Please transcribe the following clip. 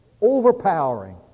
overpowering